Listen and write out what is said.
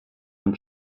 und